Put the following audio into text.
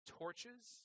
torches